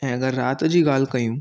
ऐं अगरि रात जी ॻाल्हि कयूं